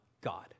God